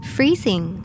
Freezing